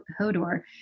Hodor